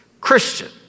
Christian